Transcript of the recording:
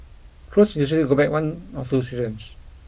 clothes usually go back one or two seasons